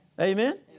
Amen